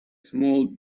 small